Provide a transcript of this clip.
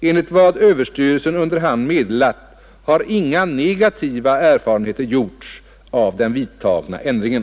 Enligt vad överstyrelsen under hand meddelat har inga negativa erfarenheter gjorts av den vidtagna ändringen.